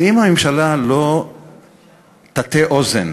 אז אם הממשלה לא תטה אוזן